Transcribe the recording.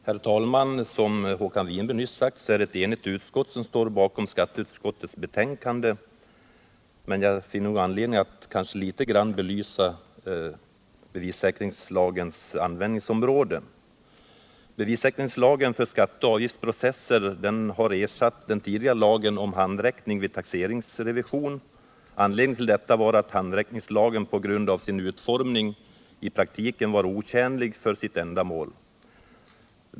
Herr talman! Som Håkan Winberg nyss sade står ett enigt utskott bakom skatteutskottets betänkande. Men jag har anledning att något belysa bevissäkringslagens användningsområde. Bevissäkringslagen för skatteoch avgiftsprocessen har ersatt den tidigare lagen om handräckning vid taxeringsrevision. Anledningen till detta var att handräckningslagen på grund av sin utformning i praktiken var otjänlig för sitt ändamål.